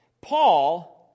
Paul